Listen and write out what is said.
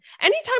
Anytime